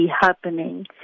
happening